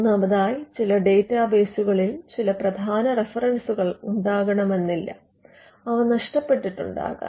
മൂന്നാമതായി ചില ഡാറ്റാബേസുകളിൽ ചില പ്രധാന റഫറൻസുകൾ ഉണ്ടാകണമെന്നില്ല അവ നഷ്ടപെട്ടിട്ടുമുണ്ടാകാം